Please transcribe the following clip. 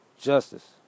justice